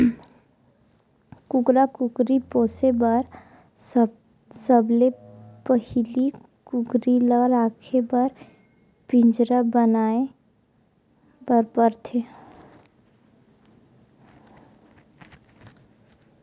कुकरा कुकरी पोसे बर सबले पहिली कुकरी ल राखे बर पिंजरा बनाए बर परथे